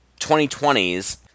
2020s